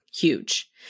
Huge